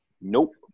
Nope